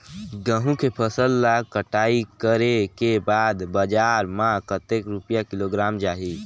गंहू के फसल ला कटाई करे के बाद बजार मा कतेक रुपिया किलोग्राम जाही?